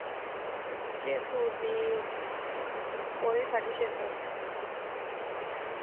flare suit दी ओह्दी साढे छे सौ